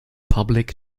public